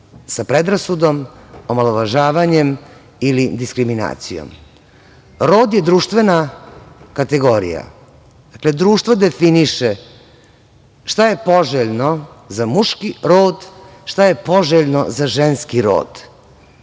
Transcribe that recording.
sa predrasudom, omalovažavanjem ili diskriminacijom. Rod je društvena kategorija. Dakle, društvo definiše šta je poželjno za muški rod, šta je poželjno za ženski rod